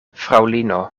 fraŭlino